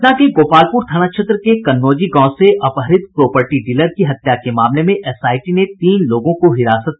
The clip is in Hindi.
पटना के गोपालपुर थाना क्षेत्र के कन्नौजी गांव से अपहृत प्रोपर्टी डीलर की हत्या के मामले में एसआईटी ने तीन लोगों को हिरासत में लिया है